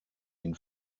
ihn